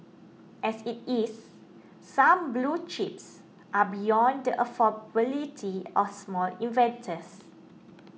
as it is some blue chips are beyond the affordability of small investors